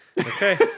Okay